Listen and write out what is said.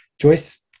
Joyce